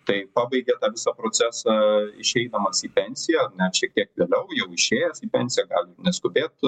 tai pabaigia visą procesą išeidamas į pensiją net šiek tiek vėliau jau išėjęs į pensiją gali neskubėt